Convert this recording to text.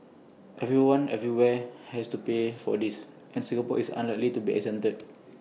everyone everywhere has to pay for this and Singapore is unlikely to be exempted